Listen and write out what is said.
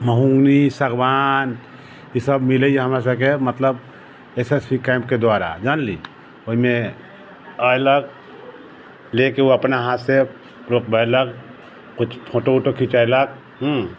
mahogany सगवान ईसब मिलैए हमरासबके मतलब एस एस बी कैम्पके दुआरा जानली ओहिमे अएलक लऽ कऽ ओ अपना हाथसँ रोपबेलक किछु फोटो वोटो खिँचैलक हुँ